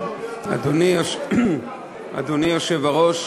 אדוני היושב-ראש,